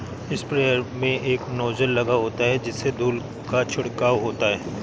sprayer में एक nozzle लगा होता है जिससे धूल का छिड़काव होता है